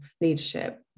leadership